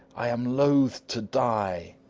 i am loth to die.